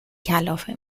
کلافه